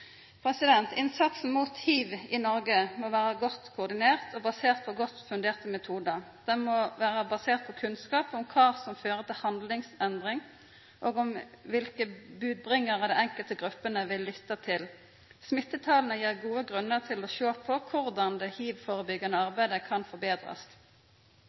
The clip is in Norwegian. Innsatsen mot hiv i Noreg må vera godt koordinert og basert på godt funderte metodar. Han må vera basert på kunnskap om kva som fører til handlingsendring, og om kva for bodberarar dei enkelte gruppene vil lytta til. Smittetala gir gode grunnar til å sjå på korleis det hivførebyggjande arbeidet kan forbetrast.